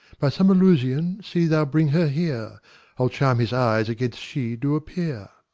by some illusion see thou bring her here i'll charm his eyes against she do appear.